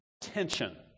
tension